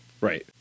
Right